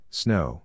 snow